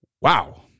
Wow